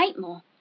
more